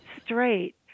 straight